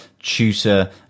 tutor